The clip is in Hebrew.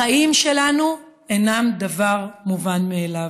החיים שלנו אינם דבר מובן מאליו.